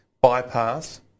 bypass